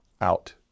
out